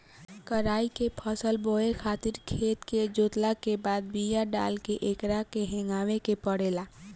कराई के फसल बोए खातिर खेत के जोतला के बाद बिया डाल के एकरा के हेगावे के पड़ेला